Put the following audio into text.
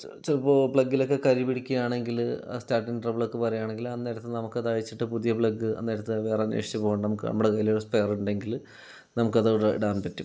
ചെ ചിലപ്പോൾ പ്ലഗ്ഗിലൊക്കെ കരി പിടിക്കുകയാണെങ്കിൽ അ സ്റ്റാർട്ടിങ് ട്രബിളൊക്കെ വരികയാണെങ്കിൽ അന്നേരത്ത് നമുക്ക് അത് അഴിച്ചിട്ട് പുതിയ പ്ലഗ് അന്നേരത്ത് വേറെ അന്വേഷിച്ച് പോകണ്ട നമുക്ക് നമ്മുടെ കയ്യിലൊരു സ്പെയറുണ്ടെങ്കിൽ നമുക്ക് അത് അവിടെ ഇടാൻ പറ്റും